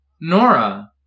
Nora